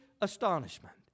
astonishment